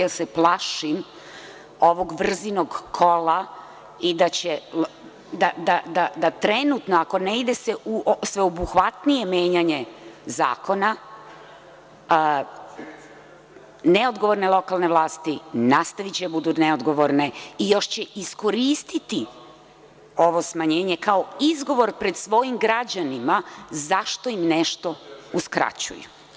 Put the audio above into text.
Plašim se ovog vrzinog kola i da trenutno, ako se ne ide u sveobuhvatnije menjanje zakona, neodgovorne lokalne vlasti nastaviće da budu neodgovorne i još će iskoristiti ovo smanjenje kao izgovor pred svojim građanima zašto im nešto uskraćuju.